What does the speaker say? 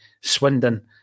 Swindon